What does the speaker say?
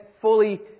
fully